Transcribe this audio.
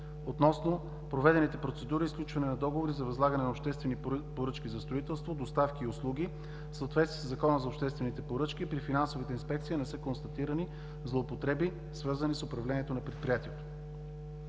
относно проведените процедури и сключване на договори за възлагане на обществени поръчки за строителство, доставки и услуги в съответствие със Закона за обществените поръчки и при финансовата инспекция не са констатирани злоупотребиq свързани с управлението на предприятието.